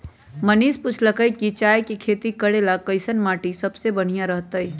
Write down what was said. मनीष पूछलकई कि चाय के खेती करे ला कईसन माटी सबसे बनिहा रहतई